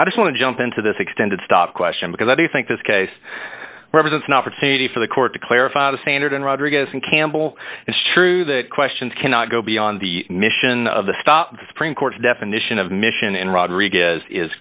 i just want to jump into this extended stop question because i do think this case represents an opportunity for the court to clarify the standard in rodriguez and campbell it's true that questions cannot go beyond the mission of the stop the supreme court's definition of mission and rodriguez is